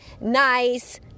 nice